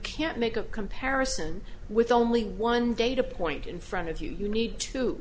can't make a comparison with only one data point in front of you you need to